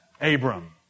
Abram